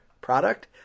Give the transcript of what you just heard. product